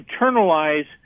internalize